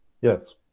Yes